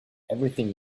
everything